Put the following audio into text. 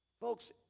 folks